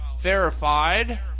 verified